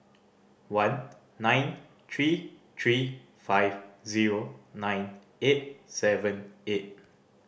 one nine three three five zero nine eight seven eight